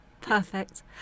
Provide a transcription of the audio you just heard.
perfect